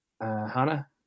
Hannah